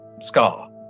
scar